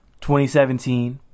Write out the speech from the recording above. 2017